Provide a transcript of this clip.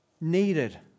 needed